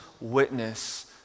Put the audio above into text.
witness